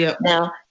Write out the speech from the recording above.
Now